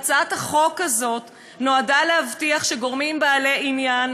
והצעת החוק הזאת נועדה להבטיח שגורמים בעלי עניין